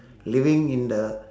living in the